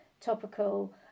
topical